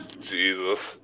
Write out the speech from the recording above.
Jesus